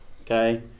Okay